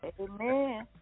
Amen